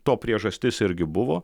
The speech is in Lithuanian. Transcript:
to priežastis irgi buvo